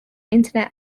internet